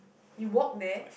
you walk there